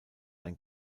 ein